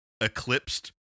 eclipsed